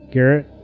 Garrett